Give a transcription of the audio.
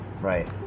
right